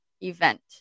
event